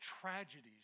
tragedies